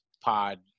pod